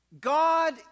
God